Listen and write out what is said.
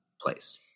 place